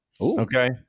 Okay